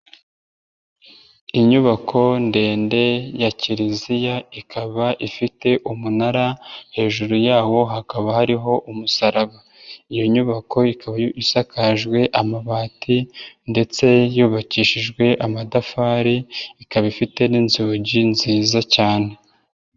Inyubako ndende ya kiriziya, ikaba ifite umunara hejuru yawo hakaba hariho umusaraba. Iyo nyubako ikaba isakajwe amabati ndetse yubakishijwe amatafari, ikaba ifite n'inzugi nziza cyane.